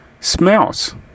smells